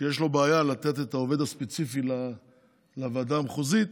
שיש לו בעיה לתת את העובד הספציפי לוועדה המחוזית,